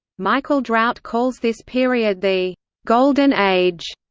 michael drout calls this period the golden age,